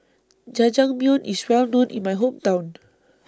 Jajangmyeon IS Well known in My Hometown